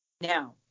Now